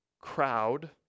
crowd